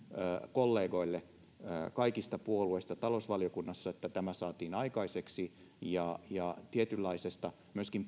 kollegoille kaikista puolueista talousvaliokunnassa että tämä saatiin aikaiseksi ja ja myöskin